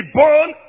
born